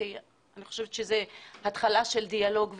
כי אני חושבת שזו התחלה של דיאלוג והבנה.